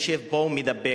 יושב פה ומדבר,